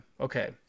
Okay